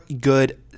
good